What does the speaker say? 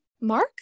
Mark